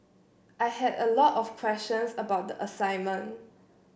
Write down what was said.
I had a lot of questions about the assignment